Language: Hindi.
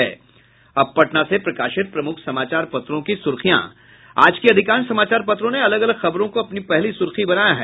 अब पटना से प्रकाशित प्रमुख समाचार पत्रों की सुर्खियां आज के अधिकांश समाचार पत्रों ने अगल अलग खबरों को अपनी पहली सुर्खी बनाया है